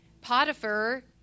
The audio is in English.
Potiphar